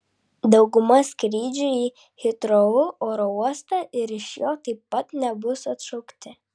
dauguma skrydžių į hitrou oro uostą ir iš jo taip pat nebus atšaukti